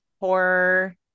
horror